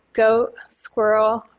goat, squirrel,